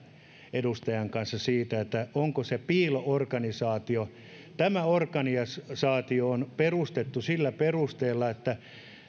edustajan kanssa siitä onko se piilo organisaatio tämä organisaatio on perustettu sillä perusteella että